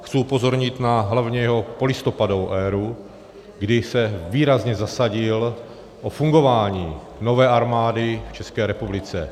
Chci upozornit hlavně na jeho polistopadovou éru, kdy se výrazně zasadil o fungování nové armády v České republice.